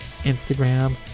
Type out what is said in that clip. instagram